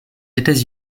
états